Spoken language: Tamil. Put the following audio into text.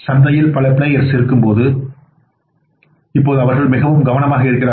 சந்தையில் பல பிளேயர்கள் இருக்கும்போது இப்போது அவர்கள் மிகவும் கவனமாக இருக்கிறார்கள்